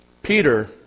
Peter